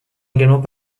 également